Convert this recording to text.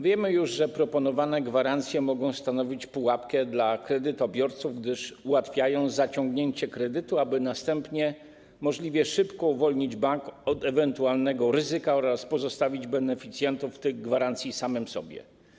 Wiemy już, że proponowane gwarancje mogą stanowić pułapkę dla kredytobiorców, gdyż ułatwiają zaciągnięcie kredytu, aby następnie możliwie szybko uwolnić bank od ewentualnego ryzyka oraz pozostawić beneficjentów tych gwarancji samym sobie.